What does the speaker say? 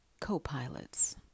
co-pilots